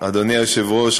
אדוני היושב-ראש,